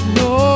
no